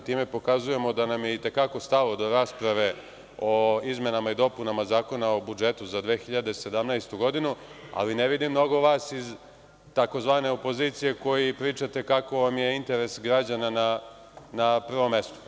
Time pokazujemo da nam je itekako stalo do rasprave o izmenama i dopunama Zakona o budžetu za 2018. godinu, ali ne vidim mnogo vas iz tzv. pozicije, koji pričate kako vam je interes građana na prvom mestu.